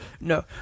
No